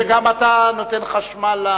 אתה רואה שגם אתה נותן חשמל,